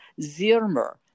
Ziermer